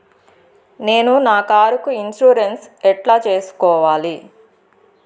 నేను నా కారుకు ఇన్సూరెన్సు ఎట్లా సేసుకోవాలి